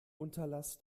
unterlass